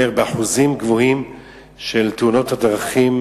שאחוזים גבוהים של תאונות הדרכים